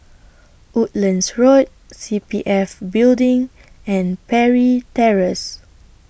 Woodlands Road C P F Building and Parry Terrace